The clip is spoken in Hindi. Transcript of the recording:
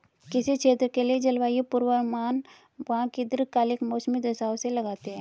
किसी क्षेत्र के लिए जलवायु पूर्वानुमान वहां की दीर्घकालिक मौसमी दशाओं से लगाते हैं